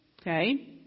Okay